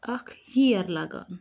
اَکھ ییر لَگان